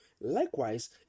likewise